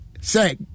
say